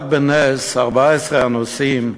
רק בנס 14 הנוסעים,